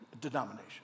denomination